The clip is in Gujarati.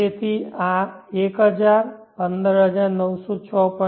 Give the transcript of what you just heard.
તેથી આ 1000 15906